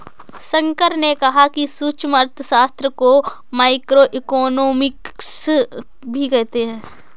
शंकर ने कहा कि सूक्ष्म अर्थशास्त्र को माइक्रोइकॉनॉमिक्स भी कहते हैं